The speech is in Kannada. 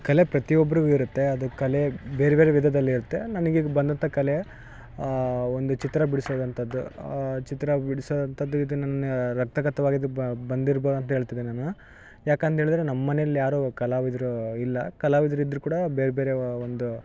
ಕಲೆ ಪ್ರತಿಯೊಬ್ಬರಿಗು ಇರುತ್ತೆ ಅದು ಕಲೆ ಬೇರೆಬೇರೆ ವಿಧದಲ್ಲಿರುತ್ತೆ ನನಗೀಗ್ ಬಂದಂಥ ಕಲೆ ಒಂದು ಚಿತ್ರ ಬಿಡಿಸೋದಂಥದ್ದು ಚಿತ್ರ ಬಿಡಿಸೋದಂಥದ್ದು ಇದು ನನ್ನ ರಕ್ತಗತವಾಗಿದ್ದು ಬಂದಿರ್ಬೌದು ಅಂತ ಹೇಳ್ತಿದಿನಿ ನಾನು ಯಾಕಂತೆಳಿದ್ರೆ ನಮ್ಮಮನೆಲ್ ಯಾರು ಕಲಾವಿದ್ರು ಇಲ್ಲ ಕಲಾವಿದ್ರು ಇದ್ರು ಕೂಡ ಬೇರೆಬೇರೆ ಒಂದು